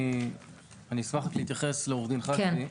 אשמח להתייחס לדבריו של עו"ד חג'בי.